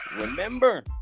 Remember